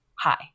Hi